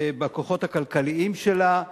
בכוחות הכלכליים שלה,